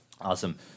Awesome